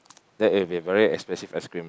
that will be a very expensive ice cream